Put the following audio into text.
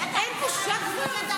מה זו השפה הזאת של הרחוב?